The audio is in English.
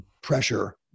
pressure